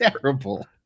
terrible